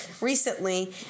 Recently